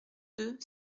deux